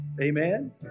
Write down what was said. Amen